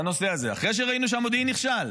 בנושא הזה, אחרי שראינו שהמודיעין נכשל?